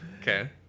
Okay